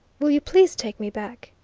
will you please take me back?